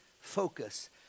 focus